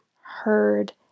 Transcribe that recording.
heard